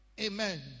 Amen